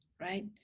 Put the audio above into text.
right